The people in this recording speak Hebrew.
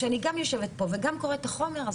למרות שאני יושבת פה וגם קוראת את החומר,